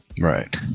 Right